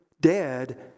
dead